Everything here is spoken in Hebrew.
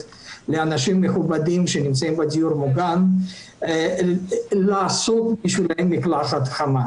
לאנשים מכובדים שנמצאים בדיור מוגן להתקלח מקלחת חמה.